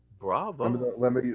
Bravo